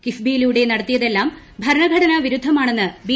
കിഫ്ബിയിലൂടെ നടത്തിയതെല്ലാം ഭരണഘടന വിരുദ്ധമാണെന്ന് ബി